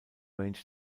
range